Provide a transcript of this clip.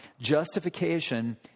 Justification